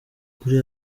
uri